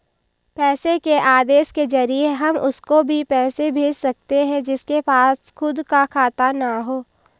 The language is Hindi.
पैसे के आदेश के जरिए हम उसको भी पैसे भेज सकते है जिसके पास खुद का खाता ना हो